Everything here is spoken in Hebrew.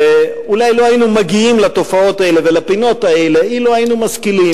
אולי לא היינו מגיעים לתופעות האלה ולפינות האלה אילו היינו משכילים,